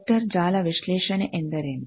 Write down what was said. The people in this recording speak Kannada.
ವೆಕ್ಟರ್ ಜಾಲ ವಿಶ್ಲೇಷಣೆ ಎಂದರೇನು